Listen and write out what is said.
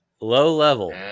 Low-level